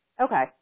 Okay